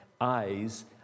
eyes